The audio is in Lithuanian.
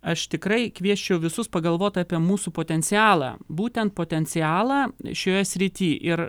aš tikrai kviesčiau visus pagalvot apie mūsų potencialą būtent potencialą šioje srity ir